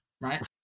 right